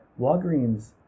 walgreens